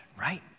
right